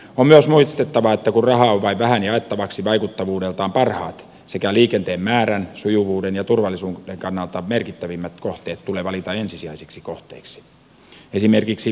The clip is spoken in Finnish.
on myös muistettava että kun rahaa on vain vähän jaettavaksi vaikuttavuudeltaan parhaat sekä liikenteen määrän sujuvuuden ja turvallisuuden kannalta merkittävimmät kohteet tulee valita ensisijaisiksi kohteiksi